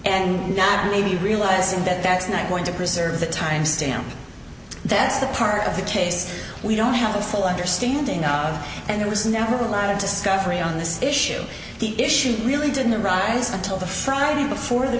and not maybe realizing that that's not going to preserve the timestamp that's the part of the case we don't have a full understanding of and there was never a line of discovery on this issue the issue really didn't arise until the friday before the